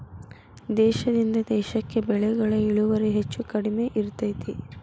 ದೇಶದಿಂದ ದೇಶಕ್ಕೆ ಬೆಳೆಗಳ ಇಳುವರಿ ಹೆಚ್ಚು ಕಡಿಮೆ ಇರ್ತೈತಿ